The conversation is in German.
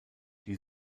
die